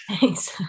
Thanks